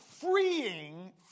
freeing